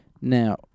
Now